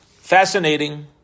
Fascinating